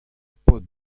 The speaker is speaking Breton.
paotr